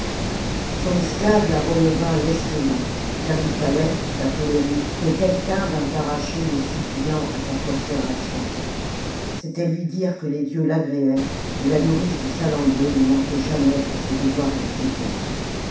son esclave la releva lestement car il fallait d'après les rites que quelqu'un vînt arracher le suppliant à sa prosternation c'était lui dire que les dieux l'agréaient et la nourrice de salammbô ne manquait jamais à ce devoir de piété